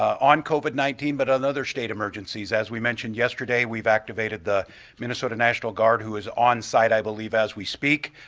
on covid nineteen but on other state emergencies, as we mentioned yesterday, we've activated the minnesota national guard who is on site, i believe, as we speak,